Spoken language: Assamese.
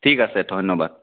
ঠিক আছে ধন্যবাদ